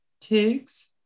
Tiggs